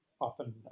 Often